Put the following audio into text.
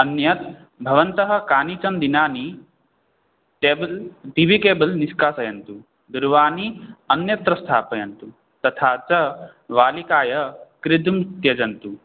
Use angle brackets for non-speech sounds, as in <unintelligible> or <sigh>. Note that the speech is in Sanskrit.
अन्यत् भवन्तः कानिचन दिनानि केबल् टी वी केबल् निष्कासयन्तु दूरवाणीम् अन्यत्र स्थापयन्तु तथा च वालिकाय <unintelligible> त्यजन्तु